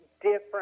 different